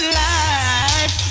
life